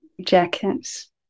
jackets